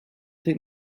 think